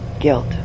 guilt